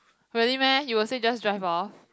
really meh you will say just drive off